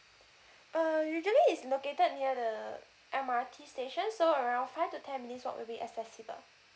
err usually is located near the M_R_T station so around five to ten minutes walk would be accessible